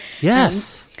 Yes